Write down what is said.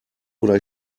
oder